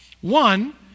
One